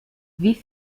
wie